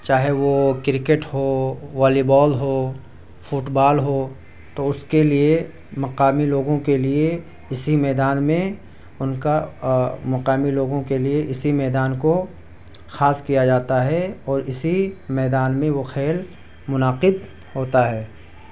چاہے وہ کرکٹ ہو والی بال ہو فٹ بال ہو تو اس کے لیے مقامی لوگوں کے لیے اسی میدان میں ان کا مقامی لوگوں کے لیے اسی میدان کو خاص کیا جاتا ہے اور اسی میدان میں وہ کھیل منعقد ہوتا ہے